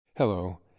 Hello